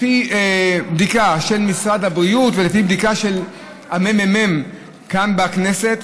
לפי בדיקה של משרד הבריאות ולפי בדיקה של הממ"מ כאן בכנסת,